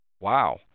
Wow